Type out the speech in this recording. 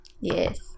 Yes